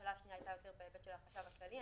השאלה השנייה יותר בהיבט של החשב הכללי.